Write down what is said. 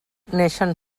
neixen